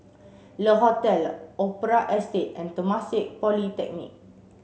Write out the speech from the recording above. Le Hotel Opera Estate and Temasek Polytechnic